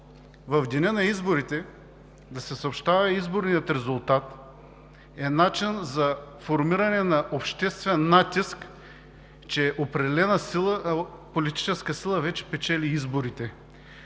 в деня на изборите да се съобщава изборният резултат е начин за формиране на обществен натиск, че определена политическа сила вече печели изборите.